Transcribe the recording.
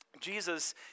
Jesus